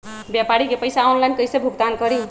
व्यापारी के पैसा ऑनलाइन कईसे भुगतान करी?